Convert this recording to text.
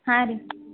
ಹಾಂ ರೀ